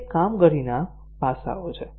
તે કામગીરીના પાસાઓ છે